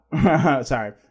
Sorry